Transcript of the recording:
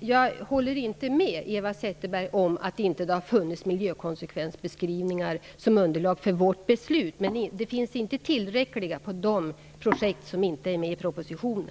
Jag håller därför inte med Eva Zetterberg om att det inte har funnits miljökonsekvensbeskrivningar som underlag för vårt beslut. Däremot finns det inte tillräckliga miljökonsekvensbeskrivningar för de projekt som inte är med i propositionen.